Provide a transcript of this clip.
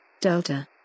Delta